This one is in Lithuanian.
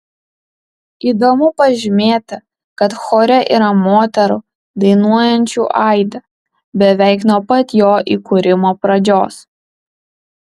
įdomu pažymėti kad chore yra moterų dainuojančių aide beveik nuo pat jo įkūrimo pradžios